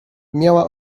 miała